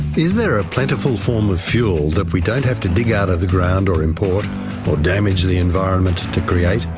is there a plentiful form of fuel that we don't have to dig out of the ground or import or damage the environment to create?